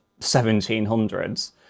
1700s